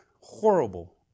horrible